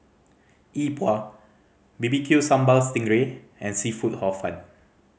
Yi Bua B B Q Sambal sting ray and seafood Hor Fun